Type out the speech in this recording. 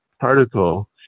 particle